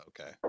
Okay